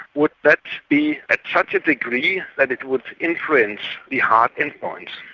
would that be at such a degree that it would influence the hard endpoints?